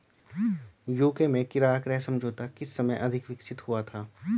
UK में किराया क्रय समझौता किस समय अधिक विकसित हुआ था?